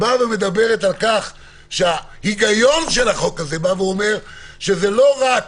שמדברת על כך שההיגיון של החוק הזה אומר שזה לא רק